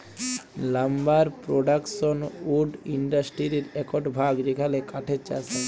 lumber production wood ইন্ডাসটিরির একট ভাগ যেখালে কাঠের চাষ হয়